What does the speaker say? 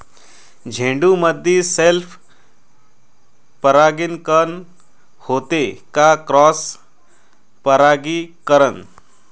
झेंडूमंदी सेल्फ परागीकरन होते का क्रॉस परागीकरन?